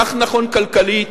כך נכון כלכלית,